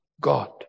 God